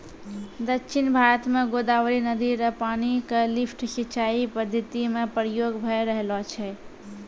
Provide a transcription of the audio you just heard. दक्षिण भारत म गोदावरी नदी र पानी क लिफ्ट सिंचाई पद्धति म प्रयोग भय रहलो छै